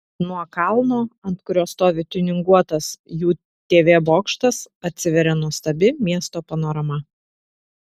nuo kalno ant kurio stovi tiuninguotas jų tv bokštas atsiveria nuostabi miesto panorama